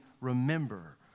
remember